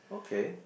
okay